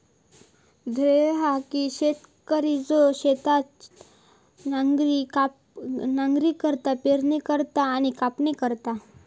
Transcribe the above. धन्ना ह्यो शेतकरी असा जो शेतात नांगरणी करता, पेरणी करता आणि कापणी करता